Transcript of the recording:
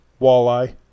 walleye